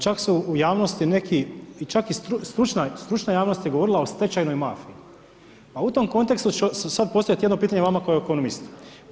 Čak su u javnosti neki, čak i stručna javnost je govorila o stečajnoj mafiji pa u tom kontekstu ću sad postaviti jedno pitanje vama kao ekonomistu.